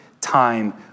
time